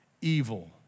evil